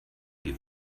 die